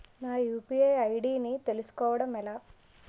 నా UPI ID ని తెలుసుకోవడం ఎలా?